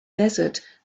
desert